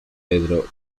pedro